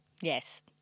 Yes